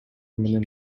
менен